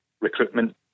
recruitment